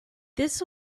this